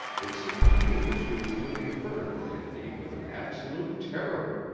it seemed to me that she was looking furtively at me with an absolute terror.